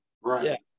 right